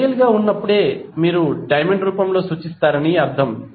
ideal గా ఉన్నప్పుడే మీరు డైమండ్ రూపంలో సూచిస్తారని అర్థం